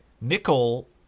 Nickel